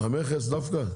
דווקא המכס?